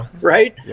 Right